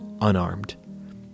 unarmed